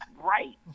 Right